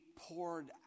poured